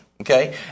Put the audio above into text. Okay